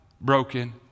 broken